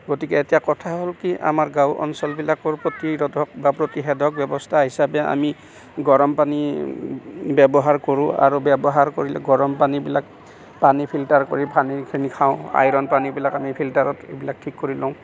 গতিকে এতিয়া কথা হ'ল কি আমাৰ গাঁও অঞ্চলবিলাকৰ প্ৰতিৰোধক বা প্ৰতিষেধক ব্যৱস্থা হিচাপে আমি গৰম পানী ব্যৱহাৰ কৰোঁ আৰু ব্যৱহাৰ কৰিলে গৰমপানীবিলাক পানী ফিল্টাৰ কৰি পানীখিনি খাওঁ আইৰণ পানীবিলাক আমি ফিল্টাৰত সেইবিলাক ঠিক কৰি লওঁ